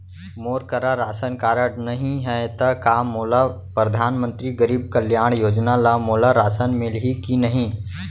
मोर करा ration card नहीं है त का मोल परधानमंतरी गरीब कल्याण योजना ल मोला राशन मिलही कि नहीं?